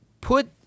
put